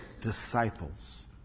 disciples